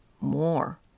more